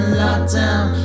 lockdown